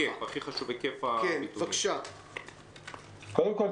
קודם כול,